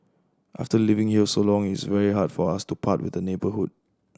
after living here so long it's very hard for us to part with the neighbourhood